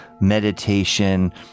meditation